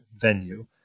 venue